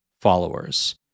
followers